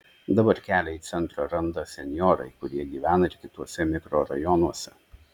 dabar kelią į centrą randa senjorai kurie gyvena ir kituose mikrorajonuose